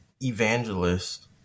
evangelist